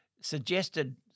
suggested